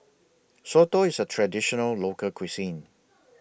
Soto IS A Traditional Local Cuisine